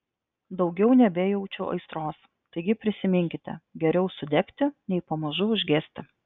daugiau nebejaučiu aistros taigi prisiminkite geriau sudegti nei pamažu užgesti